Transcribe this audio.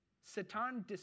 Satan